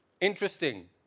Interesting